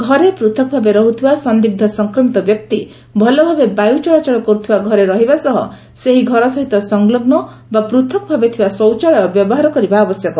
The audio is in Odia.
ଘରେ ପୃଥକ୍ଭାବେ ରହୁଥିବା ସନ୍ଦିଗ୍ଧ ସଂକ୍ରମିତ ବ୍ୟକ୍ତି ଭଲଭାବେ ବାୟୁ ଚଳାଚଳ କରୁଥିବା ଘରେ ରହିବା ସହ ସେହି ଘର ସହିତ ସଂଲଗ୍ନ ବା ପୂଥକ୍ ଭାବେ ଥିବା ଶୌଚାଳୟ ବ୍ୟବହାର କରିବା ଆବଶ୍ୟକ